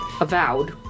avowed